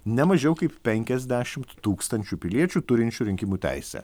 ne mažiau kaip penkiasdešimt tūkstančių piliečių turinčių rinkimų teisę